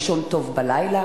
לישון טוב בלילה?